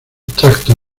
tracto